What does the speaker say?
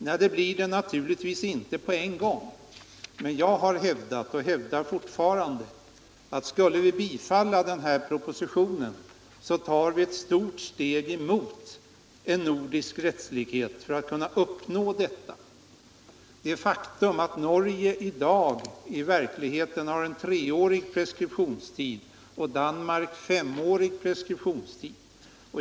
Nej, det blir det naturligtvis inte på en gång, men jag har hävdat och hävdar fortfarande att bifaller vi propositionen tar vi ett stort steg i riktning mot en nordisk rättslikhet. Det är ett faktum att Norge i dag i verkligheten har en treårig preskriptionstid och Danmark en femårig.